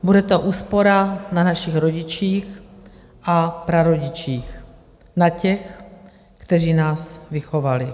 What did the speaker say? Bude to úspora na našich rodičích a prarodičích, na těch, kteří nás vychovali.